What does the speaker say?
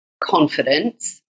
confidence